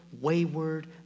wayward